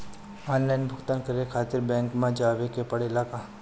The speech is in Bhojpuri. आनलाइन भुगतान करे के खातिर बैंक मे जवे के पड़ेला का?